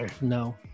No